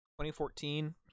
2014